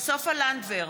סופה לנדבר,